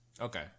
Okay